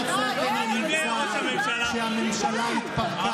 אבל יצאתם למבצע כשהממשלה התפרקה,